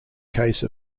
case